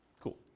Cool